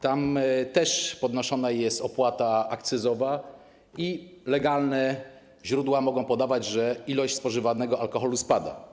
Tam też podnoszona jest opłata akcyzowa i legalne źródła mogą podawać, że ilość spożywanego alkoholu spada.